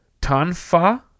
tanfa